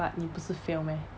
but 你不是 fail meh